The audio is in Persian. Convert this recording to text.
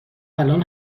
الان